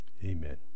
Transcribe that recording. Amen